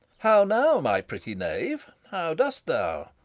how now, my pretty knave! how dost thou?